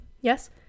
Yes